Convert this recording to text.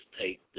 take